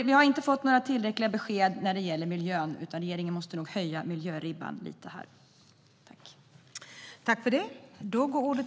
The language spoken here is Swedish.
Vi har inte fått tillräckliga besked när det gäller miljön, utan regeringen måste nog höja miljöribban lite grann i detta sammanhang.